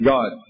God